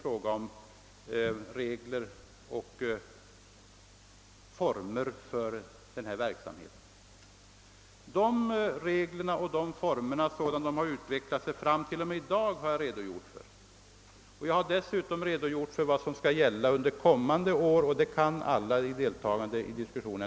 Jag har redogjort för utvecklingen av dessa regler och former fram till i dag och har dessutom talat om kommande år, och detta kan, eller borde åtminstone alla kunna som deltar i diskussionen.